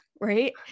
right